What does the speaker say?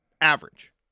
Average